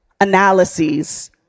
analyses